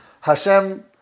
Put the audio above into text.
Hashem